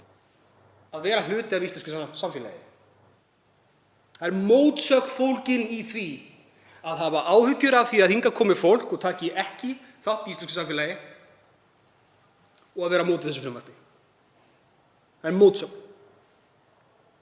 að vera hluti af íslensku samfélagi. Það er mótsögn fólgin í því að hafa áhyggjur af því að hingað komi fólk og taki ekki þátt í íslensku samfélagi og að vera á móti þessu frumvarpi. Það er mótsögn.